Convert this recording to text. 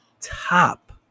top